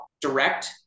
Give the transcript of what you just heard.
direct